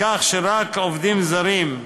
בכך שרק עובדים זרים,